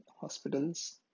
hospitals